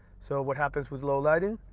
so what happens with low lighting?